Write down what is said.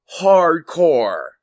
hardcore